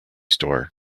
store